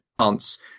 chance